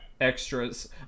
Extras